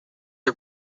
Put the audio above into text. are